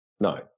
No